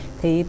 thì